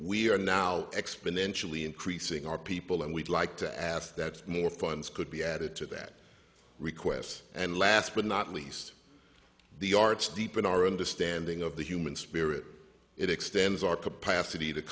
we are now exponentially increasing our people and we'd like to ask that's more funds could be added to that requests and last but not least the arts deep in our understanding of the human spirit it extends our capacity to